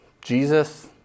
Jesus